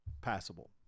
passable